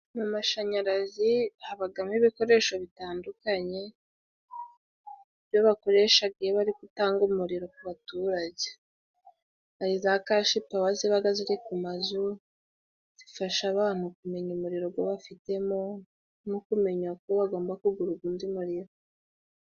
Mu mashanyarazi habagamo ibikoresho bitandukanye, ibyo bakoreshaga iyo bari gutanga umuriro ku baturage. Hari za cashipawa zibaga ziri ku mazu, zifasha abantu kumenya umuriro gubafite mo no kumenya ko bagomba ku kugura gundi muriro.